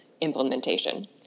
implementation